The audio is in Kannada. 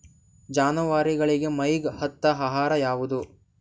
ಜಾನವಾರಗೊಳಿಗಿ ಮೈಗ್ ಹತ್ತ ಆಹಾರ ಯಾವುದು?